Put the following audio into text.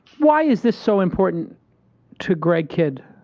why is this so important to greg kidd?